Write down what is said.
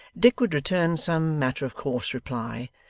dick would return some matter-of-course reply,